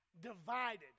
divided